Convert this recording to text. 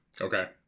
Okay